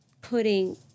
putting